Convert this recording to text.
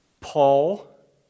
Paul